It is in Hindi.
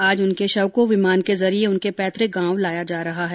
आज उनके शव को विमान के जरिये उनके पैतुक गांव लाया जा रहा है